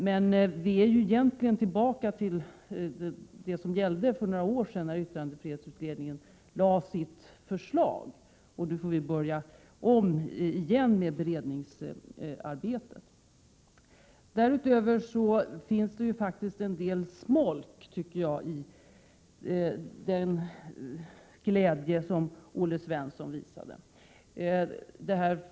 Men vi är egentligen tillbaka till det som gällde för några år sedan, när yttrandefrihetsutredningen lade fram sitt förslag, och får nu börja om igen med beredningsarbetet. Därutöver finns det faktiskt en del smolk i glädjebägaren, Olle Svensson.